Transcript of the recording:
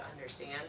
understand